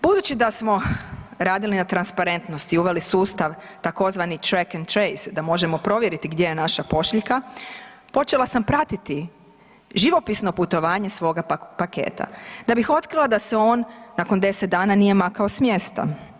Budući da smo radili na transparentnosti i uveli sustav tzv. Track&Trace da možemo provjeriti gdje je naša pošiljka, počela sa pratiti živopisno putovanje svog paketa da bi otkrila da se on nakon 10 dana nije makao s mjesta.